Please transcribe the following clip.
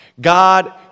God